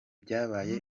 byabaye